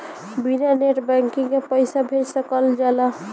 बिना net banking के पईसा भेज सकल जाला?